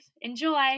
Enjoy